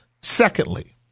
Secondly